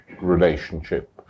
relationship